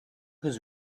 his